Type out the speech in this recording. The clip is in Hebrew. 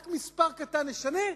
רק מספר קטן נשנה,